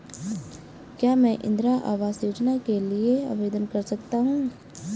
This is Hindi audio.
क्या मैं इंदिरा आवास योजना के लिए आवेदन कर सकता हूँ?